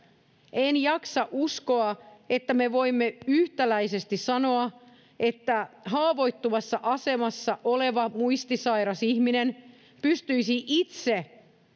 en jaksa uskoa että me voimme yhtäläisesti sanoa että haavoittuvassa asemassa oleva muistisairas ihminen pystyisi itse